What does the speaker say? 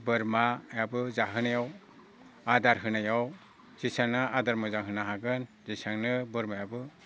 बोरमायाबो जाहोनायाव आदार होनायाव जेसांनो आदार मोजां होनो हागोन एसांनो बोरमायाबो